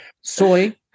Soy